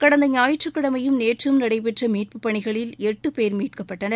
கடந்த ஞாயிற்றுக்கிழமையும் நேற்றும் நடைபெற்ற மீட்புப் பணிகளில் எட்டு பேர் மீட்கப்பட்டனர்